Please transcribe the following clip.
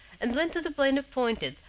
and went to the plain appointed,